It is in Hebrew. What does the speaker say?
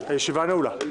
הישיבה נעולה.